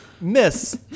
miss